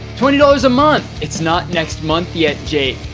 twenty dollars a month. it's not next month yet jake.